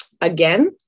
again